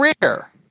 career